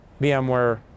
VMware